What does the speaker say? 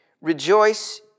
Rejoice